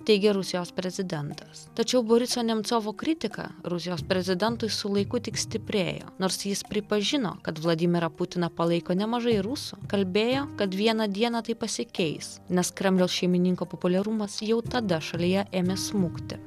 teigia rusijos prezidentas tačiau boriso nemcovo kritika rusijos prezidentui su laiku tik stiprėjo nors jis pripažino kad vladimirą putiną palaiko nemažai rusų kalbėjo kad vieną dieną tai pasikeis nes kremliaus šeimininko populiarumas jau tada šalyje ėmė smukti